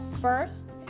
first